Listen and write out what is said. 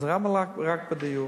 אז למה רק בדיור?